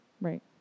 Right